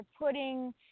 putting